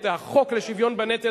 את החוק לשוויון בנטל,